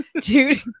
dude